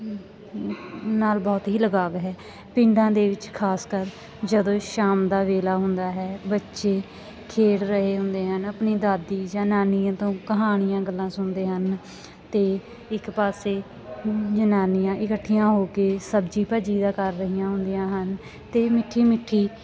ਨਾਲ ਬਹੁਤ ਹੀ ਲਗਾਵ ਹੈ ਪਿੰਡਾਂ ਦੇ ਵਿੱਚ ਖਾਸ ਕਰ ਜਦੋਂ ਸ਼ਾਮ ਦਾ ਵੇਲਾ ਹੁੰਦਾ ਹੈ ਬੱਚੇ ਖੇਡ ਰਹੇ ਹੁੰਦੇ ਹਨ ਆਪਣੀ ਦਾਦੀ ਜਾਂ ਨਾਨੀਆਂ ਤੋਂ ਕਹਾਣੀਆਂ ਗੱਲਾਂ ਸੁਣਦੇ ਹਨ ਅਤੇ ਇੱਕ ਪਾਸੇ ਜਨਾਨੀਆਂ ਇਕੱਠੀਆਂ ਹੋ ਕੇ ਸਬਜ਼ੀ ਭਾਜੀ ਦਾ ਕਰ ਰਹੀਆਂ ਹੁੰਦੀਆਂ ਹਨ ਅਤੇ ਮਿੱਠੀ ਮਿੱਠੀ